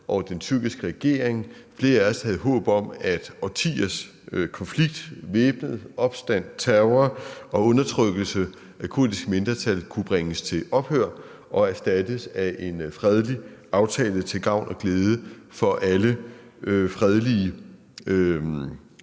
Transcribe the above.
og den tyrkiske regering. Flere af os havde håb om, at årtiers konflikt, væbnet opstand, terror og undertrykkelse af kurdiske mindretal kunne bringes til ophør og erstattes af en fredelig aftale til gavn og glæde for alle fredelige